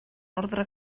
ordre